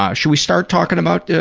ah should we start talking about,